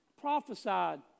Prophesied